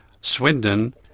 Swindon